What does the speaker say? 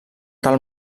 tal